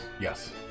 Yes